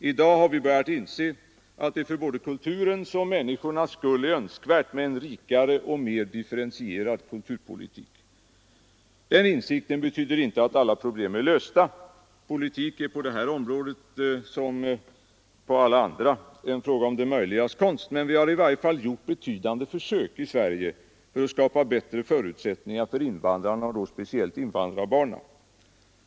I dag har vi börjat inse att det för både kulturens och människornas skull är önskvärt med en rikare och mer differentierad kulturpolitik. Den insikten betyder inte att alla problem är lösta. Politik är på det här området liksom på alla andra en fråga om det möjligas konst, men vi har i varje fall gjort betydande försök i Sverige att skapa bättre förutsättningar för invandrarna, speciellt då invandrarbarnen.